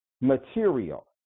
material